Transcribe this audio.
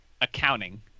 accounting